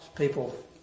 People